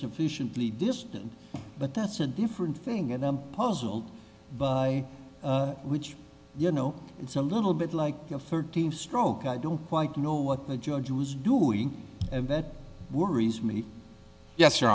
sufficiently distant but that's a different thing and i'm puzzled by which you know it's a little bit like a thirteen stroke i don't quite know what the judge was doing and that worries me yes